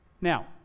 Now